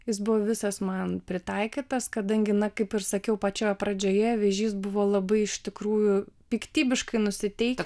jis buvo visas man pritaikytas kadangi na kaip ir sakiau pačioje pradžioje vėžys buvo labai iš tikrųjų piktybiškai nusiteikęs